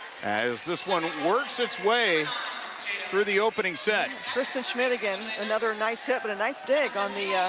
as this one works its way through the opening set. kristen schmitt again another nice hit but a nice dig on the